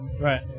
Right